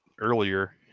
earlier